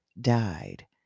died